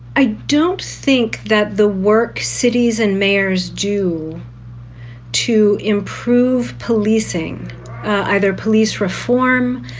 i don't think that the work cities and mayors do to improve policing either police reform,